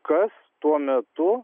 kas tuo metu